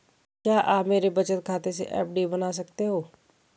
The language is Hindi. क्या आप मेरे बचत खाते से एफ.डी बना सकते हो?